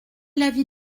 l’avis